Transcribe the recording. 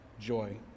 joy